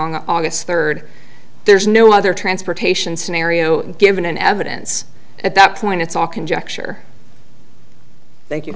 on august third there's no other transportation scenario given in evidence at that point it's all conjecture th